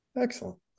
Excellent